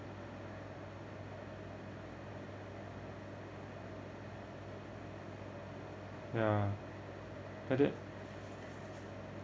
ya like that